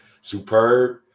superb